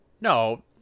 No